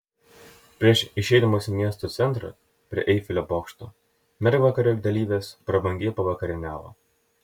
prieš išeidamos į miesto centrą prie eifelio bokšto mergvakario dalyvės prabangiai pavakarieniavo